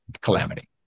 calamity